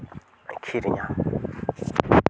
ᱠᱤᱨᱤᱧᱼᱟ